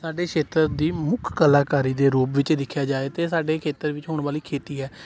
ਸਾਡੇ ਖੇਤਰ ਦੀ ਮੁੱਖ ਕਲਾਕਾਰੀ ਦੇ ਰੂਪ ਵਿੱਚ ਦੇਖਿਆ ਜਾਏ ਤਾਂ ਸਾਡੇ ਖੇਤਰ ਵਿੱਚ ਹੋਣ ਵਾਲੀ ਖੇਤੀ ਹੈ